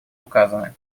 указаны